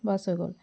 বছ হৈ গ'ল